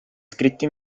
scritti